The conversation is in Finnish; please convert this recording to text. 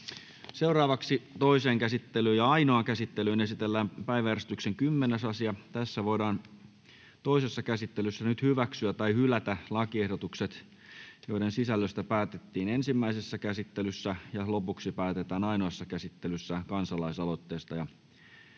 päätösvalta. Toiseen käsittelyyn ja ainoaan käsittelyyn esitellään päiväjärjestyksen 14. asia. Nyt voidaan toisessa käsittelyssä hyväksyä tai hylätä lakiehdotukset, joiden sisällöstä päätettiin ensimmäisessä käsittelyssä. Lopuksi päätetään ainoassa käsittelyssä toimenpidealoitteista.